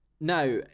Now